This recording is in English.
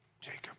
Jacob